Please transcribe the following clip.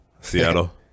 Seattle